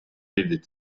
pildid